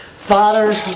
Father